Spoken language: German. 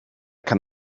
kann